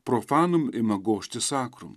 profanum ima gožti sakrum